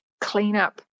cleanup